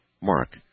Mark